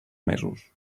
mesos